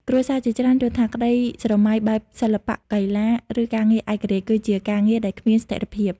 គ្រួសារជាច្រើនយល់ថា ក្តីស្រមៃបែបសិល្បៈ កីឡា ឬការងារឯករាជ្យ គឺជាការងារដែលគ្មានស្ថិរភាព។